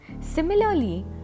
Similarly